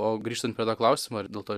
o grįžtant prie to klausimo ir dėl to